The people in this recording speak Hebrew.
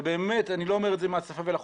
ובאמת אני לא אומר את זה מהשפה ולחוץ,